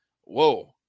Whoa